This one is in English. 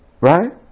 Right